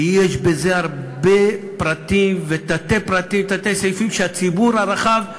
ויש בזה הרבה פרטים ותתי-סעיפים שהציבור הרחב,